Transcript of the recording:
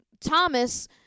Thomas